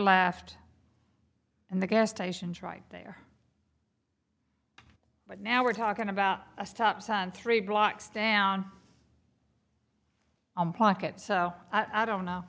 left and the gas stations right there but now we're talking about a stop sign three blocks down on pockets i don't